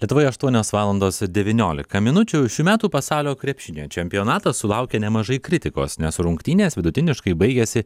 lietuvoje aštuonios valandos devyniolika minučių šių metų pasaulio krepšinio čempionatas sulaukė nemažai kritikos nes rungtynės vidutiniškai baigėsi